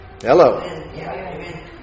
Hello